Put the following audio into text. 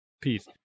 Peace